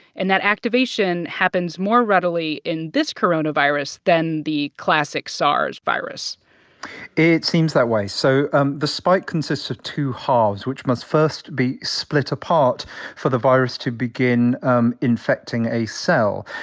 and that activation happens more readily in this coronavirus than the classic sars virus it seems that way. so ah the spike consists of two halves, which must first be split apart for the virus to begin um infecting a cell.